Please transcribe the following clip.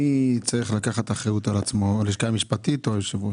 מי צריך לקחת אחריות, הלשכה המשפטית או היושב ראש?